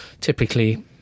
typically